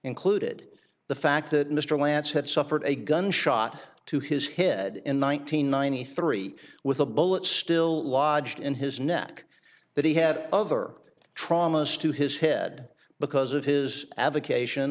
included the fact that mr lance had suffered a gunshot to his head in one nine hundred ninety three with a bullet still lodged in his neck that he had other traumas to his head because of his avocation